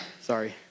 Sorry